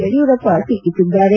ಯಡಿಯೂರಪ್ಪ ಟೀಕಿಸಿದ್ದಾರೆ